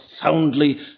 profoundly